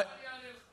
תכף אני אענה לך.